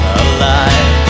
alive